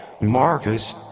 Marcus